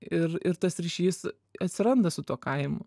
ir ir tas ryšys atsiranda su tuo kaimu